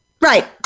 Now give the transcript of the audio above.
Right